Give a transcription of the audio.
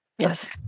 Yes